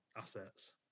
assets